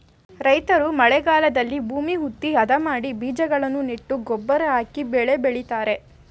ರೈತ್ರು ಮಳೆಗಾಲದಲ್ಲಿ ಭೂಮಿ ಹುತ್ತಿ, ಅದ ಮಾಡಿ ಬೀಜಗಳನ್ನು ನೆಟ್ಟು ಗೊಬ್ಬರ ಹಾಕಿ ಬೆಳೆ ಬೆಳಿತರೆ